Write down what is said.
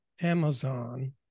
Amazon